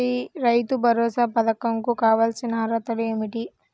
రైతు భరోసా పధకం కు కావాల్సిన అర్హతలు ఏమిటి?